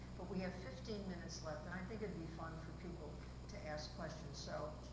but we have fifteen minutes left and i think it'd be fun for people to ask questions so.